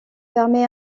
permet